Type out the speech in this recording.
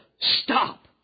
Stop